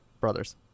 brothers